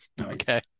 Okay